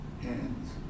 hands